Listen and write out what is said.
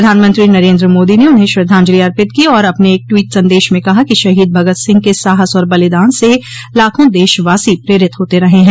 प्रधानमंत्री नरेन्द्र मोदी ने उन्हें श्रद्धांजलि अर्पित की और अपने एक ट्वीट संदेश में कहा कि शहीद भगत सिंह के साहस और बलिदान से लाखों देशवासी प्रेरित होते रहे हैं